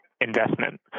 investment